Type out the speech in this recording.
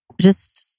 just-